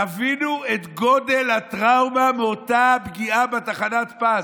תבינו את גודל הטראומה מאותה פגיעה בתחנת פז.